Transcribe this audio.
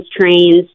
trains